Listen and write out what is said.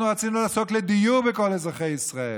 אנחנו רצינו לעסוק בדיור לכל אזרחי ישראל,